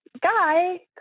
guy